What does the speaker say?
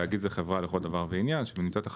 תאגיד זה חברה לכל דבר ועניין, שנמצאת תחת